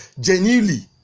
genuinely